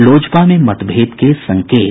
लोजपा में मतभेद के संकेत